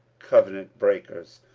covenantbreakers,